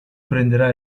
prenderà